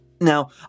Now